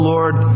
Lord